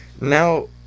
now